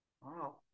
Wow